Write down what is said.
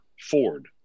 Ford